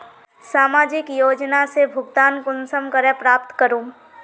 सामाजिक योजना से भुगतान कुंसम करे प्राप्त करूम?